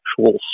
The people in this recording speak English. actual